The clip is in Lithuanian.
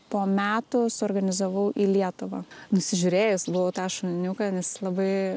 po metų suorganizavau į lietuvą nusižiūrėjus buvau tą šuniuką nes labai